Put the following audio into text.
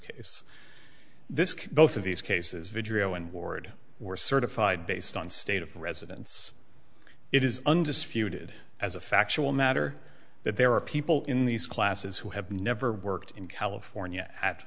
case this can both of these cases video and ward were certified based on state of residence it is undisputed as a factual matter that there are people in these classes who have never worked in california at